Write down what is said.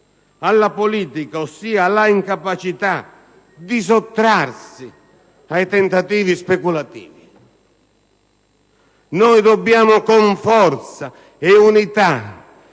alla politica, ossia alla sua incapacità di sottrarsi ai tentativi speculativi? Noi dobbiamo con forza e unità